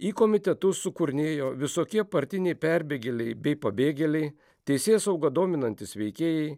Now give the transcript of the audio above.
į komitetus sukurnėjo visokie partiniai perbėgėliai bei pabėgėliai teisėsaugą dominantys veikėjai